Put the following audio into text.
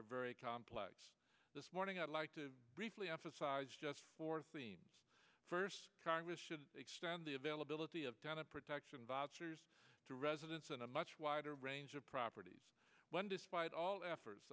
are very complex this morning i'd like to briefly f a size just for the first congress should extend the availability of down and protection vouchers to residents in a much wider range of properties when despite all efforts